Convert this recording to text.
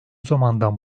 zamandan